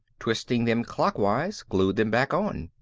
twisting them clockwise glued them back on.